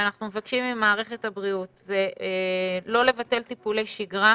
שאנחנו מבקשים ממערכת הבריאות לא לבטל טיפולי שיגרה.